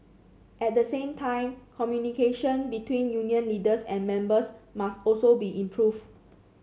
at the same time communication between union leaders and members must also be improved